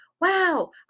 Wow